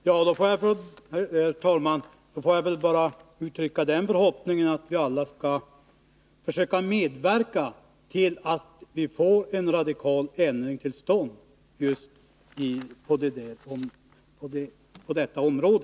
Herr talman! Får jag bara uttrycka den förhoppningen att vi alla skall försöka medverka till att vi får en radikal ändring till stånd just på detta område.